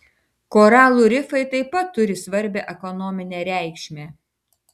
koralų rifai taip pat turi svarbią ekonominę reikšmę